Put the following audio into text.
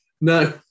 No